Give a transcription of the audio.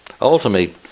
ultimately